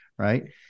Right